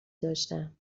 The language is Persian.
داشتن